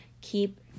keep